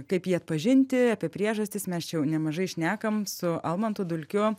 kaip jį atpažinti apie priežastis mes čia jau nemažai šnekam su almantu dulkiu